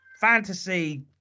fantasy